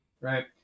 right